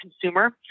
consumer